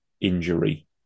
injury